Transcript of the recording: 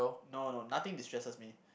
no no nothing destresses me